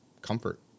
comfort